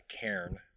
cairn